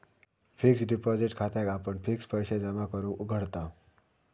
fixed deposit खात्याक आपण fixed पैशे जमा करूक उघडताव